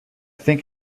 think